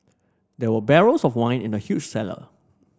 there were barrels of wine in the huge cellar